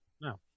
No